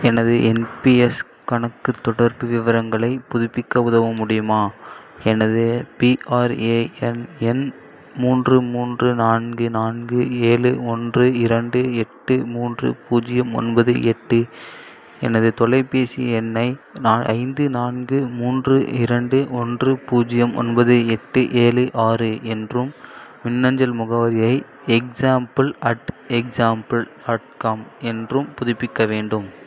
எனது N P S கணக்குத் தொடர்பு விவரங்களைப் புதுப்பிக்க உதவ முடியுமா எனது பிஆர்ஏஎன் எண் மூன்று மூன்று நான்கு நான்கு ஏழு ஒன்று இரண்டு எட்டு மூன்று பூஜ்ஜியம் ஒன்பது எட்டு எனது தொலைபேசி எண்ணை நா ஐந்து நான்கு மூன்று இரண்டு ஒன்று பூஜ்ஜியம் ஒன்பது எட்டு ஏழு ஆறு என்றும் மின்னஞ்சல் முகவரியை example at example at com என்றும் புதுப்பிக்க வேண்டும்